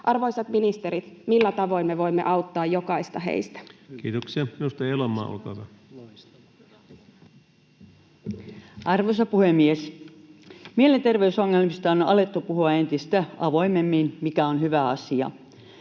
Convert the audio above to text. koputtaa] millä tavoin me voimme auttaa jokaista heistä? Kiitoksia. — Edustaja Elomaa, olkaa hyvä. Arvoisa puhemies! Mielenterveysongelmista on alettu puhua entistä avoimemmin, mikä on hyvä asia,